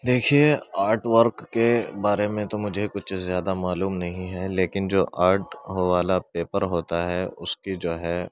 دیکھیے art work کے بارے میں تو مجھے کچھ زیادہ معلوم نہیں ہے لیکن جو آرٹ والا پیپر ہوتا ہے اس کی جو ہے